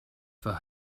for